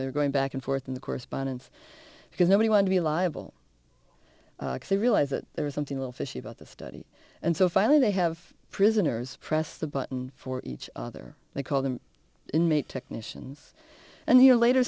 they're going back and forth in the correspondence because nobody wanted to be liable they realized that there was something a little fishy about the study and so finally they have prisoners press the button for each other they call them inmate technicians and a year later